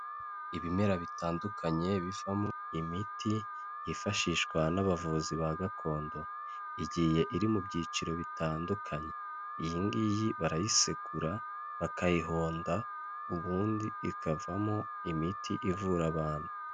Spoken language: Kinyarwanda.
Ibimera bitandukanye bivamo imiti yifashishwa n'abavuzi ba gakondo, igiye iri mu byiciro bitandukanye. Iyi ngiyi barayisekura bakayihonda ubundi ikavamo imiti ivura abantu.